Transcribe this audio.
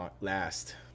last